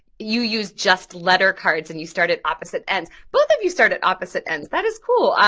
you use just letter cards and you start at opposite ends, both of you start at opposite ends! that is cool,